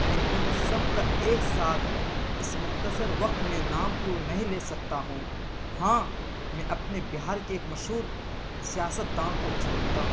میں ان سب کا ایک ساتھ اس مختصر وقت میں نام تو نہیں لے سکتا ہوں ہاں میں اپنے بہار کے ایک مشہور سیاستداں کو جانتا ہوں